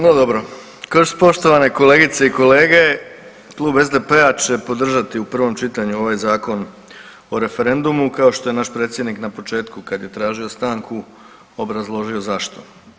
No dobro. … [[Govornik se ne razumije]] poštovane kolegice i kolege, Klub SDP-a će podržati u prvom čitanju ovaj Zakon o referendumu, kao što je naš predsjednik na početku kad je tražio stanku obrazložio zašto.